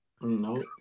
No